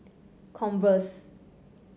converse